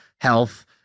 health